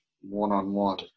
one-on-one